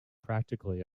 practically